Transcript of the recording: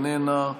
איננה,